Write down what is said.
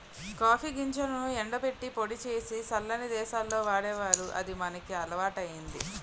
copy గింజలను ఎండబెట్టి పొడి సేసి సల్లని దేశాల్లో వాడేవారు అది మనకి అలవాటయ్యింది